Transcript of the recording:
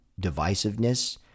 divisiveness